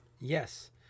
yes